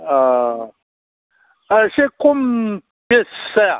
दा एसे खम बेस जाया